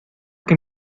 que